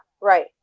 right